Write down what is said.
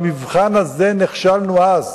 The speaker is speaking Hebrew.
במבחן הזה נכשלנו אז,